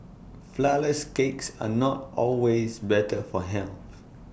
Flourless Cakes are not always better for health